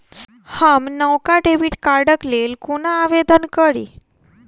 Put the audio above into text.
हम नवका डेबिट कार्डक लेल कोना आवेदन करी?